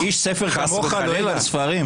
איש ספר כמוך לועג לספרים?